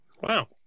Wow